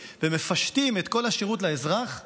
ומפשטים את כל השירות לאזרח באמצעות,